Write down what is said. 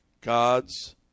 God's